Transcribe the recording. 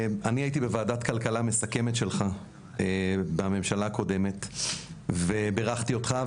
אני הייתי בוועדת הכלכלה המסכמת שלך בממשלה הקודמת ובירכתי אותך.